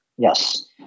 Yes